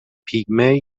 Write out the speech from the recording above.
پیگمه